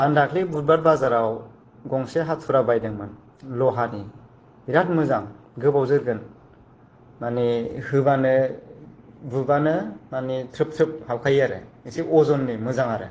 आं दाखालि बुधबार बाजार आव गंसे हाथुरा बायदोंमोन लहानि बिराद मोजां गोबाव जोरगोन माने होबानो बुबानो माने थ्रोब थ्रोब हाबखायो आरो एसे अजननि मोजां आरो